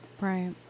right